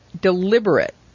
deliberate